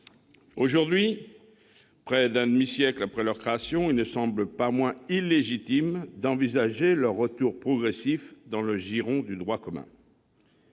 Aujourd'hui, près d'un demi-siècle après leur création, il ne semble pas moins illégitime d'envisager leur retour progressif dans le giron du droit commun.